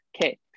okay